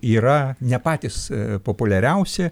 yra ne patys populiariausi